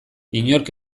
inork